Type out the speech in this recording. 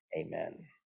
amen